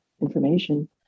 information